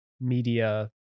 media